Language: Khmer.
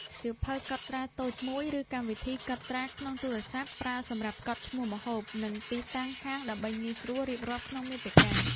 សៀវភៅកត់ត្រាតូចមួយ ឬកម្មវិធីកត់ត្រាក្នុងទូរស័ព្ទ ប្រើសម្រាប់កត់ឈ្មោះម្ហូប និងទីតាំងហាងដើម្បីងាយស្រួលរៀបរាប់ក្នុងមាតិកា។